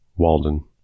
Walden